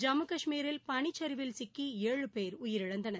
ஜம்மு கஷ்மீரில் பனிச்சரிவில் சிக்கி ஏழு பேர் உயிரிழந்தனர்